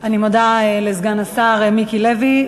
אני מודה לסגן השר מיקי לוי.